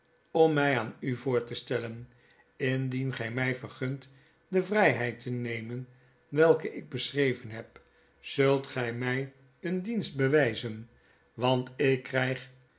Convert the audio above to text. om my aan u voor te stellen indien gy my vergunt de vrijheid te nemen welke ik beschreven heb zult gij mij een dienst bewyzen want ik kryg